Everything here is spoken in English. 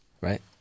Right